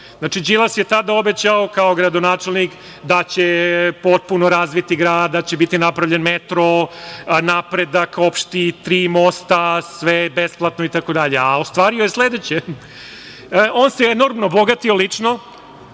Znači, Đilas je tada obećao, kao gradonačelnik, da će potpuno razviti grad, da će biti napravljen metro, opšti napredak, tri mosta, sve besplatno, itd. Ostvario je sledeće – on se enormno bogatio lično,